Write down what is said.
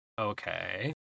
Okay